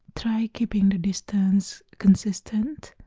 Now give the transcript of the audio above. try keeping the distance consistent.